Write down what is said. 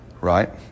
right